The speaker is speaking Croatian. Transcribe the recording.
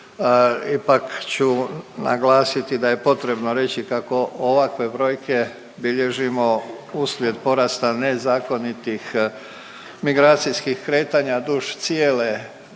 ipak ću naglasiti da je potrebno reći kako ovakve brojke bilježimo uslijed porasta nezakonitih migracijskih kretanja duž cijele